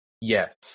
Yes